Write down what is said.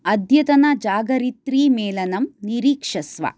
अद्यतनजागरित्री मेलनं निरीक्षस्व